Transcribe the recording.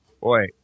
Boy